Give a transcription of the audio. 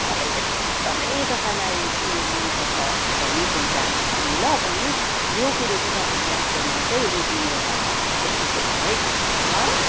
तपाईँ एकदमै तपाईँलाई उयो मन पर्छ बहिनी त्यहाँ जानु भयो भने ल बहिनी यो कुरो चाहिँ तपाईँले याद गर्नु होस् है लु मेरोबाट यति चाहिँ छ है तपाईँलाई ल